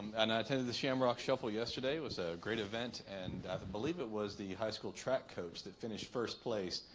and i attended the shamrock shuffle yesterday was a great event and i believe it was the high school track coach that finished first place.